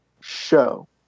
show